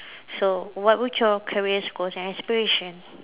so what would your career goals and aspiration